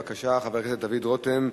בבקשה, חבר הכנסת דוד רותם,